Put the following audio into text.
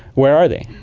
where are they,